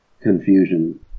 confusion